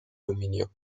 aluminio